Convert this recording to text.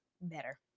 better